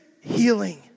healing